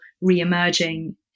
re-emerging